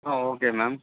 ah okay ma'am